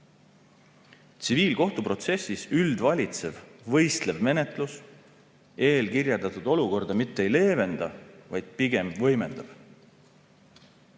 Tsiviilkohtuprotsessis üldvalitsev võistlev menetlus eelkirjeldatud olukorda mitte ei leevenda, vaid pigem võimendab.